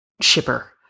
shipper